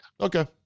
Okay